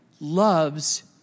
loves